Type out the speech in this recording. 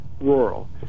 rural